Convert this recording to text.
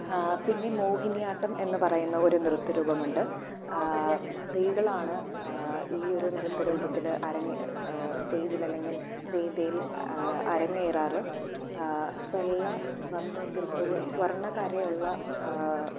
പിന്നെ മോഹിനിയാട്ടം എന്ന് പറയുന്ന ഒരു നൃത്ത രൂപമുണ്ട് സ്ത്രീകളാണ് ഈ ഒരു നൃത്ത രൂപത്തിൽ അരങ്ങേറുക സ്റ്റേജിൽ അല്ലെങ്കിൽ വേദിയിൽ അരങ്ങേരാറ് വെള്ള വസ്ത്രത്തിൽ ഒരു സ്വർണ്ണ കരയുള്ള